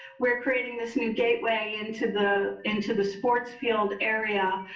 we're creating this new gateway into the into the sports field area,